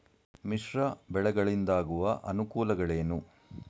ಮಿಶ್ರ ಬೆಳೆಗಳಿಂದಾಗುವ ಅನುಕೂಲಗಳೇನು?